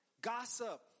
gossip